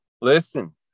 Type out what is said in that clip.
Listen